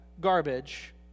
garbage